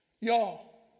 y'all